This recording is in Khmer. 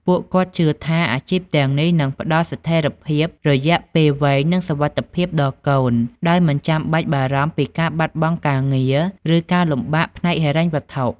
ពួកគាត់ជឿថា អាជីពទាំងនេះនឹងផ្ដល់ស្ថិរភាពរយៈពេលវែង និងសុវត្ថិភាពដល់កូន ដោយមិនចាំបាច់បារម្ភពីការបាត់បង់ការងារ ឬការលំបាកផ្នែកហិរញ្ញវត្ថុ។